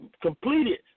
completed